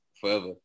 forever